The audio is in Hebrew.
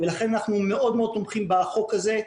לכן אנחנו מאוד תומכים בחוק הזה.